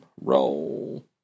Roll